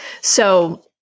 So-